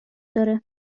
داره